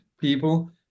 people